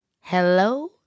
Hello